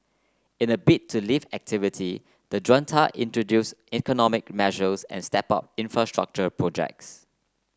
in a bid to lift activity the Junta introduced economic measures and stepped up infrastructure projects